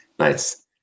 Nice